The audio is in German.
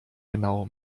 genau